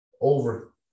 Over